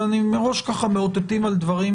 אבל מראש אנחנו מאותתים על דברים